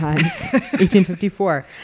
1854